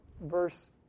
verse